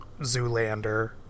Zoolander